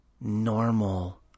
normal